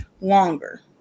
longer